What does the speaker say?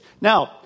Now